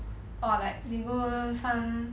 or like they go some